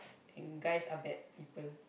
and guys are bad people